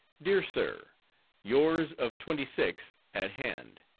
dear sir yours of twenty sixth at hand.